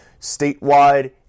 statewide